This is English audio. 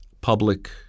public